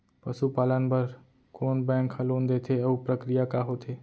पसु पालन बर कोन बैंक ह लोन देथे अऊ प्रक्रिया का होथे?